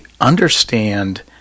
understand